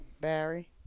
Barry